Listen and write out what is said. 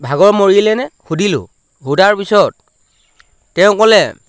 ভাগৰ মৰিলে নে সুধিলোঁ সোধাৰ পিছত তেওঁ ক'লে